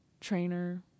trainer